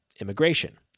immigration